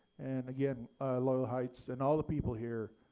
and again loyal heights and all the people here,